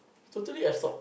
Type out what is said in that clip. totally I stop